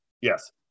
Yes